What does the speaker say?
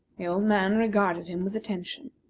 the old man regarded him with attention.